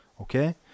Okay